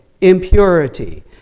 impurity